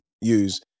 use